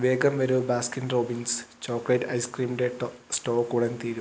വേഗം വരൂ Baskin Robbins chocolate ഐസ്ക്രീമിന്റെ ടോ സ്റ്റോക് ഉടൻ തീരും